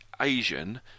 Asian